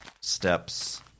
steps